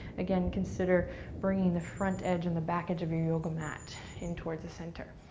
again, consider bringing the front edge and the back edge of your yoga mat in towards the center.